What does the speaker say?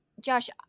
Josh